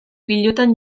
pilotan